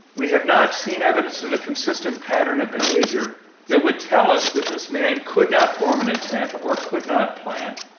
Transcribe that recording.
we have not seen evidence of a consistent pattern of behaviour that would tell us that this man could not form an intent or could not plan,